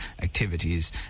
activities